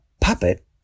puppet